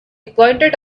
pointed